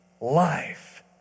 life